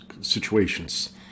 situations